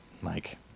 Mike